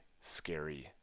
scary